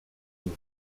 with